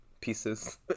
pieces